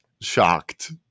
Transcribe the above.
shocked